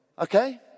Okay